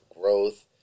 growth